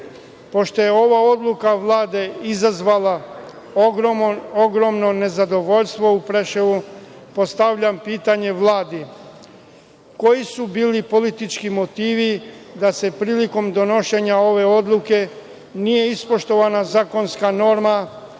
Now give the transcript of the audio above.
je ova odluka Vlade izazvala ogromno nezadovoljstvo u Preševu, postavljam pitanje Vladi – koji su bili politički motivi da prilikom donošenja ove odluke nije ispoštovana zakonska norma